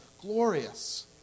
glorious